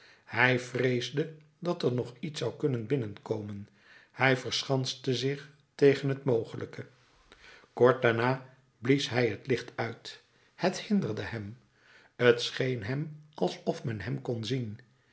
hij vreesde dat er nog iets zou kunnen binnenkomen hij verschanste zich tegen het mogelijke kort daarna blies hij het licht uit het hinderde hem t scheen hem alsof men hem kon zien